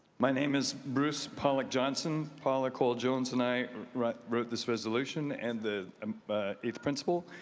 my name is bruce pollack johnson. paula coal jones and i wrote wrote this resolution and the um but eighth principle.